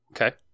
Okay